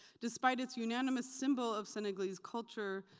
despite its unanimous symbol of senegalese culture,